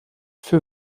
für